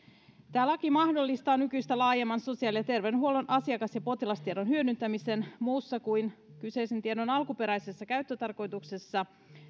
laki mahdollistaa nykyistä laajemman sosiaali ja terveydenhuollon asiakas ja potilastiedon hyödyntämisen muussa kuin kyseisen tiedon alkuperäisessä käyttötarkoituksessa